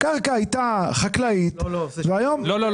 הקרקע הייתה חקלאית והיום --- לא,